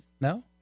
No